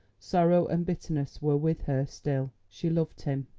sorrow and bitterness were with her still. she loved him,